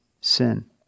sin